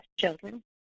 children